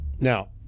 now